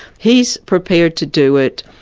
he's prepared to do it.